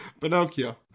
Pinocchio